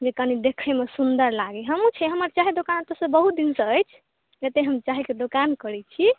जे कनि देखैमे सुन्दर लागै हँ हमहुँ छी हमर चाहक दोकान बहुत दिनसँ अछि एतै हम चाहके दोकान करै छी